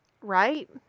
Right